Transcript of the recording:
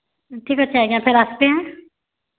ଠିକ୍ ଅଛେ ଆଜ୍ଞା ଫେର୍ ଆସ୍ବେ ଏଁ